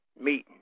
meeting